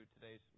today's